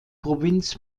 provinz